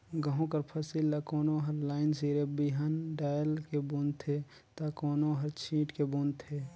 गहूँ कर फसिल ल कोनो हर लाईन सिरे बीहन डाएल के बूनथे ता कोनो हर छींट के बूनथे